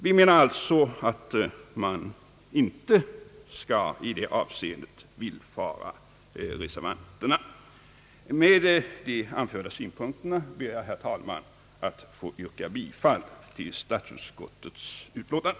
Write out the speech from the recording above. Vi menar alltså att man i det avseendet inte skall villfara reservanternas önskemål. Med de anförda synpunkterna ber jag, herr talman, att få yrka bifall till statsutskottets utlåtande.